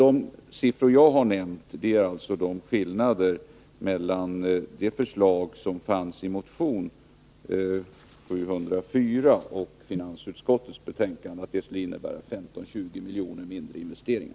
De siffror jag har nämnt avser skillnaderna mellan de förslag som finns i motion 704 och dem som redovisas i finansutskottets betänkande, där förslagen skulle innebära 15-20 miljoner mindre i investeringar.